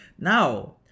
Now